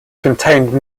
contained